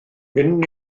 hyn